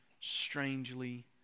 strangely